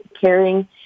caring